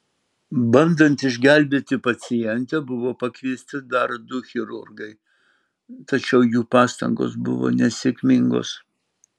bandant išgelbėti pacientę buvo pakviesti dar du chirurgai tačiau jų pastangos buvo nesėkmingos